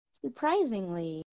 surprisingly